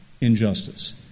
injustice